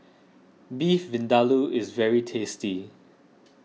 Beef Vindaloo is very tasty